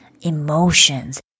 emotions